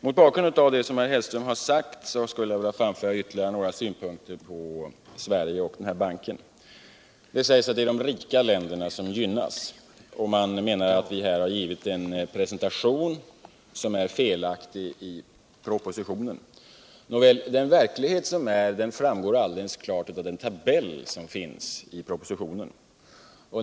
Mot bakgrund av det som herr Hellström har sagt vill jag alltså framföra ytterligare några synpunkter på Sverige och Interamerikanska utvecklingsbanken. Det sägs att det är de rika som gynnas, och man menar att vi här har givit en felaktig presentation I propositionen. Nåväl, den verklighet som är framgår alldeles klart av den tabell som finns i propositionen.